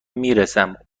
میرسم